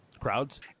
Crowds